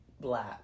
Black